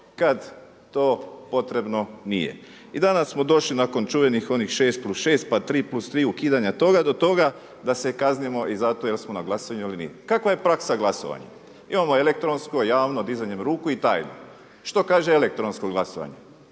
kad to potrebno nije. I danas smo došli nakon čuvenih onih 6+6, pa 3+3 ukidanja toga do toga da se kaznimo jer smo na glasanju ili nismo. Kakva je praksa glasovanja? Imamo elektronsko, javno, dizanjem ruku i tajno. Što kaže elektronsko glasovanje?